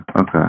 Okay